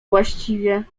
właściwie